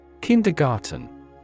kindergarten